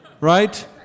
Right